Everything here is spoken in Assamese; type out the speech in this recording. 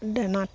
দানাত